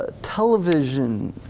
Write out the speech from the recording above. ah television,